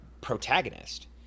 protagonist